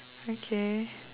okay